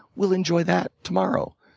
we'll enjoy that tomorrow.